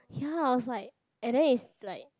ya I was like and then is like